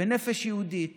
ונפש יהודית